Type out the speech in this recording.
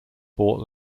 bought